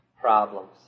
problems